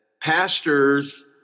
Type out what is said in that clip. pastors